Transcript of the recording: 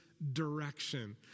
direction